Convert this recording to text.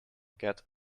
get